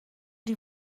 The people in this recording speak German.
die